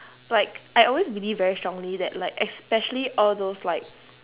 like I always believe very strongly that like especially all those like